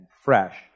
fresh